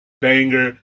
banger